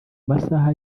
masaha